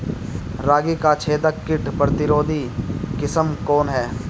रागी क छेदक किट प्रतिरोधी किस्म कौन ह?